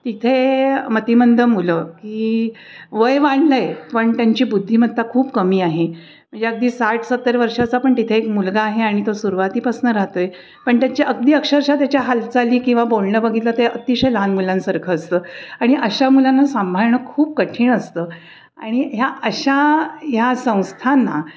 इथे मतिमंद मुलं की वय वाढलं आहे पण त्यांची बुद्धिमत्ता खूप कमी आहे म्हणजे अगदी साठ सत्तर वर्षाचा पण तिथे एक मुलगा आहे आणि तो सुरुवातीपासून राहतो आहे पण त्याची अगदी अक्षरश त्याच्या हालचाली किंवा बोलणं बघितलं ते अतिशय लहान मुलांसारखं असतं आणि अशा मुलांना सांभाळणं खूप कठीण असतं आणि ह्या अशा ह्या संस्थांना